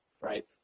right